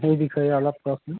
সেইবিষয়ে অলপ কওকচোন